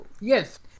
yes